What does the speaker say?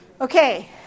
Okay